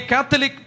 Catholic